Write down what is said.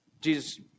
Jesus